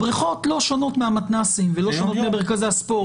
הבריכות לא שונות מהמתנ"סים ולא שונות ממרכזי הספורט,